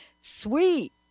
Sweet